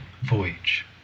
voyage